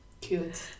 Cute